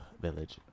Village